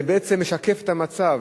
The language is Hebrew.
זה בעצם משקף את המצב.